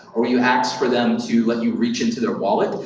or you ask for them to like you reach into their wallet,